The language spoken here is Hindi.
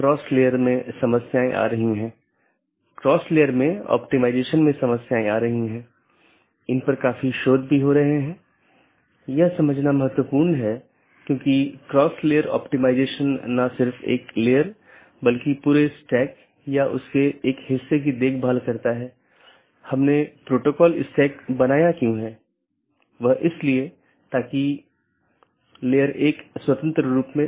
दूसरे अर्थ में हमारे पूरे नेटवर्क को कई ऑटॉनमस सिस्टम में विभाजित किया गया है जिसमें कई नेटवर्क और राउटर शामिल हैं जो ऑटॉनमस सिस्टम की पूरी जानकारी का ध्यान रखते हैं हमने देखा है कि वहाँ एक बैकबोन एरिया राउटर है जो सभी प्रकार की चीजों का ध्यान रखता है